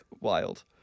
Wild